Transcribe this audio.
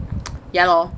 ya lor